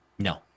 No